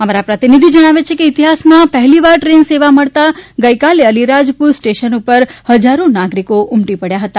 અમારા પ્રતિનિધિ જણાવે છે કે ઈતિફાસમાં પફેલીવાર દ્રેન સેવા મળતા ગઈકાલે અલિરાજપુર સ્ટેશન ઉપર ફજારો નાગરિકો ઉમટી પડ્યા ફતા